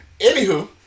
Anywho